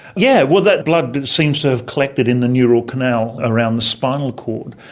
yeah well that blood seems to have collected in the neural canal around the spinal cord.